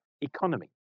economy